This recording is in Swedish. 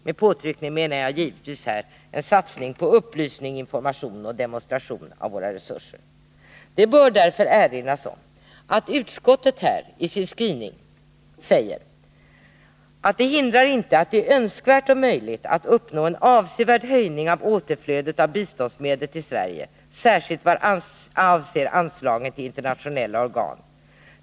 Med påtryckning menar jag här givetvis en satsning på upplysning, information och demonstration av våra resurser. Det bör därför erinras om att utskottet i sin skrivning säger: ”Detta hindrar inte att det är önskvärt och möjligt att uppnå en avsevärd höjning av återflödet av biståndsmedel till Sverige, särskilt vad avser anslagen till internationella organ.